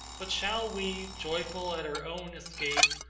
but shall we, joyful at our own escape,